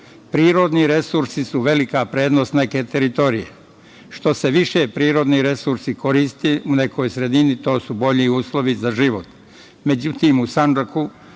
uslova. Prirodni resursi su velika prednost neke teritorije. Što se više prirodni resursi koriste u nekoj sredini to su bolji uslovi za život. Međutim, u Sandžaku